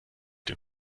dem